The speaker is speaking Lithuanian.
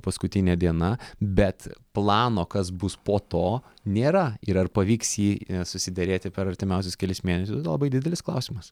paskutinė diena bet plano kas bus po to nėra ir ar pavyks jį susiderėti per artimiausius kelis mėnesius labai didelis klausimas